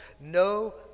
no